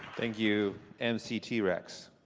thank you, mc t-rex.